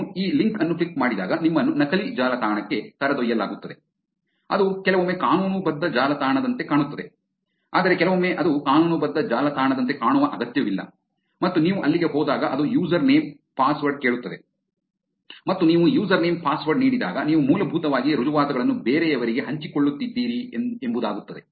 ನೀವು ಈ ಲಿಂಕ್ ಅನ್ನು ಕ್ಲಿಕ್ ಮಾಡಿದಾಗ ನಿಮ್ಮನ್ನು ನಕಲಿ ಜಾಲತಾಣಕ್ಕೆ ಕರೆದೊಯ್ಯಲಾಗುತ್ತದೆ ಅದು ಕೆಲವೊಮ್ಮೆ ಕಾನೂನುಬದ್ಧ ಜಾಲತಾಣದಂತೆ ಕಾಣುತ್ತದೆ ಆದರೆ ಕೆಲವೊಮ್ಮೆ ಅದು ಕಾನೂನುಬದ್ಧ ಜಾಲತಾಣದಂತೆ ಕಾಣುವ ಅಗತ್ಯವಿಲ್ಲ ಮತ್ತು ನೀವು ಅಲ್ಲಿಗೆ ಹೋದಾಗ ಅದು ಯೂಸರ್ ನೇಮ್ ಪಾಸ್ವರ್ಡ್ ಕೇಳುತ್ತದೆ ಮತ್ತು ನೀವು ಯೂಸರ್ ನೇಮ್ ಪಾಸ್ವರ್ಡ್ ನೀಡಿದಾಗ ನೀವು ಮೂಲಭೂತವಾಗಿ ರುಜುವಾತುಗಳನ್ನು ಬೇರೆಯವರಿಗೆ ಹಂಚಿಕೊಳ್ಳುತ್ತಿದ್ದೀರಿ ಎಂಬುದಾಗುತ್ತದೆ